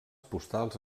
postals